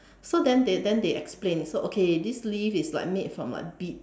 so then they then they explain so okay this leaf is like made from like beet~